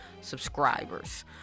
subscribers